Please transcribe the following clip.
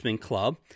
Club